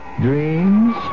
dreams